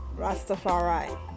Rastafari